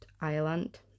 Ireland